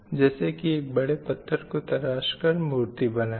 जैसे की एक बड़े पत्थर को तराश कर मूर्ति बनाना